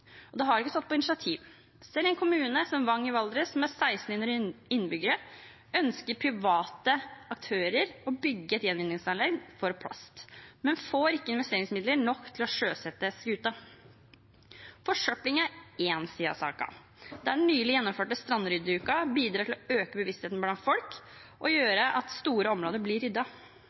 Og det har ikke stått på initiativ. Selv i en kommune som Vang i Valdres med 1 600 innbyggere ønsker private aktører å bygge et gjenvinningsanlegg for plast, men får ikke investeringsmidler nok til å sjøsette skuta. Forsøplingen er én side av saken. Den nylig gjennomførte strandryddeuken bidrar til å øke bevisstheten blant folk og gjør at store områder blir